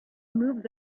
moved